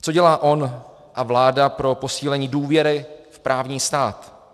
Co dělá on a vláda pro posílení důvěry v právní stát?